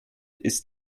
ist